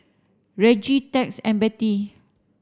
Reggie Tex and Bette